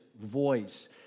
voice